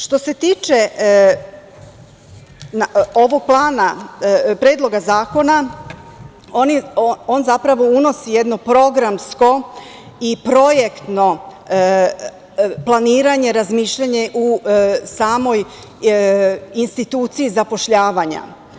Što se tiče ovog plana predloga zakona, on zapravo unosi jedno programsko i projektno planiranje, razmišljanje u samoj instituciji zapošljavanja.